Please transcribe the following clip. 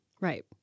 right